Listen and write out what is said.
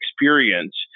experience